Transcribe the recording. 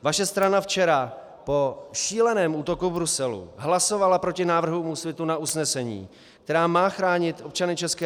Vaše strana včera po šíleném útoku v Bruselu hlasovala proti návrhu Úsvitu na usnesení, které má chránit občany ČR.